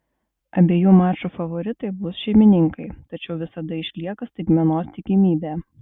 abiejų mačų favoritai bus šeimininkai tačiau visada išlieka staigmenos tikimybė